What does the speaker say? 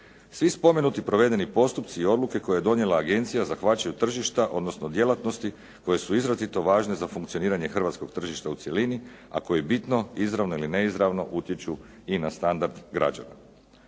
Svi spomenuti provedeni postupci i odluke koje je donijela agencija zahvaćaju tržišta odnosno djelatnosti koje su izrazito važne za funkcioniranje hrvatskog tržišta u cjelini a koji bitno izravno ili neizravno utječu i na standard građana.